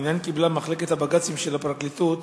מנין קיבלה מחלקת הבג"צים של הפרקליטות